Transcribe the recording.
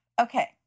Okay